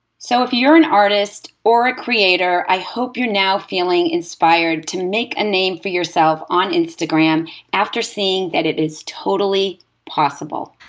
so if you're an artist or a creator, i hope you're now feeling inspired to make a name for yourself on instagram after seeing that it is totally possible.